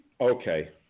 okay